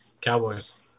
Cowboys